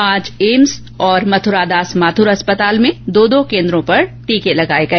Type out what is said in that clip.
आज एम्स और मथुरादास माथुर अस्पताल में दो दो केन्द्रों पर टीकाकरण हुआ